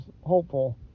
hopeful